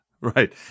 right